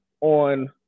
on